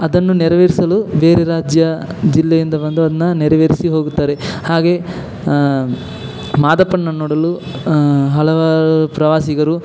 ಅದನ್ನು ನೆರವೇರಿಸಲು ಬೇರೆ ರಾಜ್ಯ ಜಿಲ್ಲೆಯಿಂದ ಬಂದು ಅದನ್ನು ನೆರವೇರಿಸಿ ಹೋಗುತ್ತಾರೆ ಹಾಗೇ ಮಾದಪ್ಪನ್ನ ನೋಡಲು ಹಲವಾರು ಪ್ರವಾಸಿಗರು